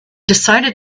decided